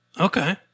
Okay